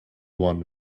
one